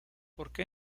porque